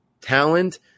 talent